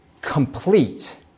Complete